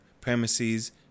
premises